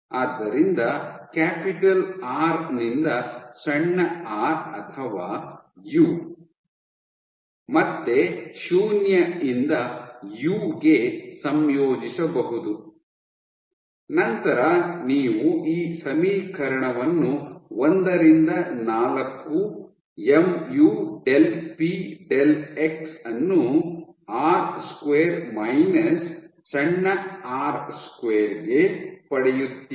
ಆದ್ದರಿಂದ capital R ನಿಂದ ಸಣ್ಣ ಆರ್ ಅಥವಾ ಯು ಮತ್ತೆ ಶೂನ್ಯದಿಂದ ಯು ಗೆ ಸಂಯೋಜಿಸಬಹುದು ನಂತರ ನೀವು ಈ ಸಮೀಕರಣವನ್ನು ಒಂದರಿಂದ ನಾಲ್ಕು mu del p del x ಅನ್ನು ಆರ್ ಸ್ಕ್ವೇರ್ ಮೈನಸ್ ಸಣ್ಣ ಆರ್ ಸ್ಕ್ವೇರ್ ಗೆ ಪಡೆಯುತ್ತೀರಿ